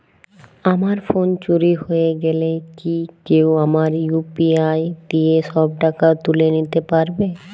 আমার ফোন চুরি হয়ে গেলে কি কেউ আমার ইউ.পি.আই দিয়ে সব টাকা তুলে নিতে পারবে?